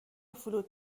فلوت